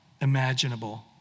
imaginable